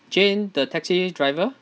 jane the taxi driver